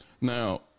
Now